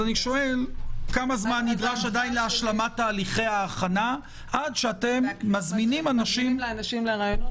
כמה זמן נדרש להשלמת הליכי ההכנה עד שאתם מזמינים אנשים לראיונות?